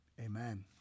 amen